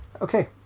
Okay